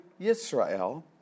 Yisrael